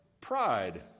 pride